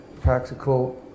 practical